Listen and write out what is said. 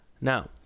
Now